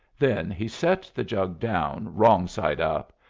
then he set the jug down wrong side up,